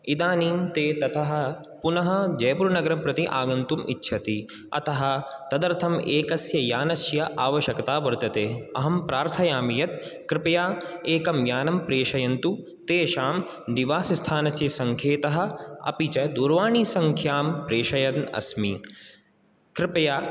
इदानीं ते ततः पुनः जयपुर्नगरं प्रति आगन्तुम् इच्छति अतः तदर्थम् एकस्य यानस्य आवश्यकता वर्तते अहं प्रार्थयामि यत् कृपया एकं यानं प्रेषयन्तु तेषां निवासस्थानस्य सङ्केतः अपि च दुरवाणिसङ्ख्यां प्रेषयन् अस्मि कृपया